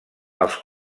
els